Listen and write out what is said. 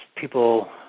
people